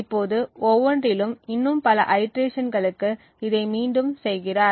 இப்போது ஒவ்வொன்றிலும் இன்னும் பல ஐடிரேஷன்களுக்கு இதை மீண்டும் செய்கிறார்